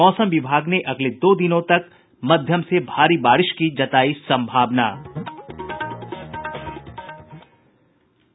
मौसम विभाग ने अगले दो दिनों तक मध्यम से भारी बारिश का जताया पूर्वानुमान